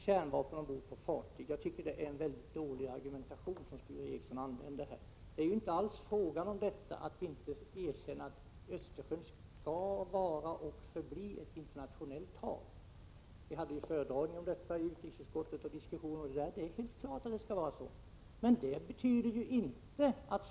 1986/87:45 det gäller detta med kärnvapen ombord på fartyg. Det är inte alls fråga om att 9 december 1986 = inte erkänna att Östersjön skall vara och förbli ett internationellt hav. Vi AA hade ju en föredragning och en diskussion om detta i utrikesutskottet. Det är helt klart att Östersjön skall vara ett internationellt hav.